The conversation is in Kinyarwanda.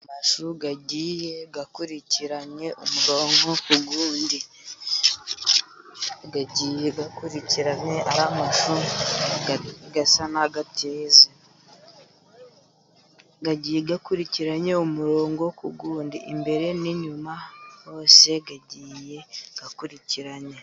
Amashu agiye akurikiranye, umurongo ku wundi. Agiye akurikiranye ari amashu asa n'ateze. Agiye akurikiranye umurongo ku wundi imbere n'inyuma hose agiye akurikiranye.